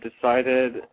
decided